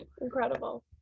Incredible